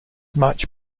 much